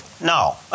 No